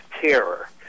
terror